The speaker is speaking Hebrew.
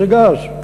זה גז,